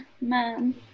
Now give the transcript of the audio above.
man